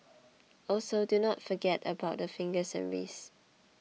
also do not forget about the fingers and wrists